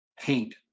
paint